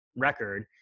record